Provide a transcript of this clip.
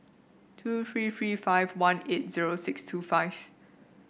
two three three five one eight zero six two five